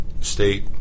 state